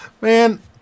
Man